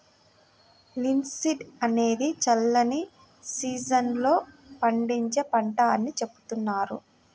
linseed అనేది చల్లని season లో పండించే పంట అని చెబుతున్నారు